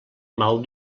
mal